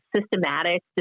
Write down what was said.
systematic